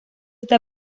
este